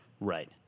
Right